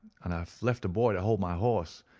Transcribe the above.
and i left a boy to hold my horse,